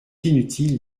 inutile